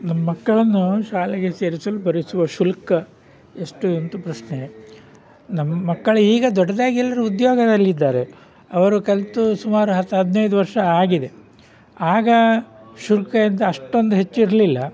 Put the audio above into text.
ನಿಮ್ಮ ಮಕ್ಕಳನ್ನು ಶಾಲೆಗೆ ಸೇರಿಸಲು ಭರಿಸುವ ಶುಲ್ಕ ಎಷ್ಟು ಅಂತ ಪ್ರಶ್ನೆ ನಮ್ಮ ಮಕ್ಕಳು ಈಗ ದೊಡ್ಡದಾಗಿ ಎಲ್ಲರೂ ಉದ್ಯೋಗದಲ್ಲಿದ್ದಾರೆ ಅವರು ಕಲಿತು ಸುಮಾರು ಹತ್ತು ಹದಿನೈದು ವರ್ಷ ಆಗಿದೆ ಆಗ ಶುಲ್ಕ ಎಂತ ಅಷ್ಟೊಂದು ಹೆಚ್ಚು ಇರಲಿಲ್ಲ